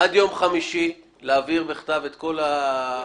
עד יום חמישי תעבירו בכתב את כל ההערות.